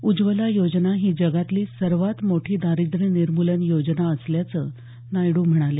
उज्वला योजना ही जगातली सर्वात मोठी दारिद्र्य निर्मूलन योजना असल्याचं नायडू म्हणाले